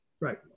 Right